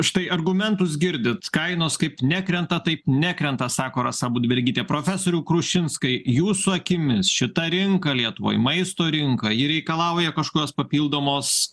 štai argumentus girdit kainos kaip nekrenta taip nekrenta sako rasa budbergytė profesoriau krušinskai jūsų akimis šita rinka lietuvoj maisto rinka ji reikalauja kažkios papildomos